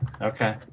okay